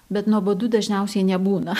bet nuobodu dažniausiai nebūna